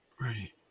Right